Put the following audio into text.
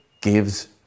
gives